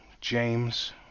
James